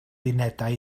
unedau